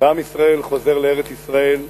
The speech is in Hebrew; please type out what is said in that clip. ועם ישראל חוזר לארץ-ישראל,